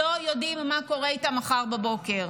לא יודעים מה קורה איתם מחר בבוקר.